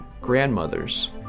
grandmothers